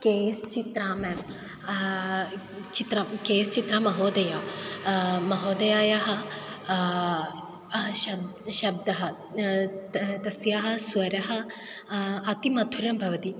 के S Chithra में Chithra K S Chithra महोदया महोदयायाः शब् शब्दः त तस्याः स्वरः अति मधुरः भवति